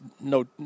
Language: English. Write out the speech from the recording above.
no